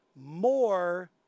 more